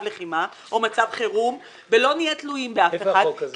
לחימה או מצב חירום ולא נהיה תלויים באף אחד.